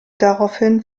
daraufhin